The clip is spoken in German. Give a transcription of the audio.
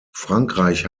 frankreich